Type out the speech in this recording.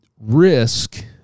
Risk